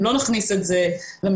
אם לא נכניס את זה למכללות,